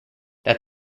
that